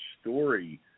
story